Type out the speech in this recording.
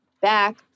back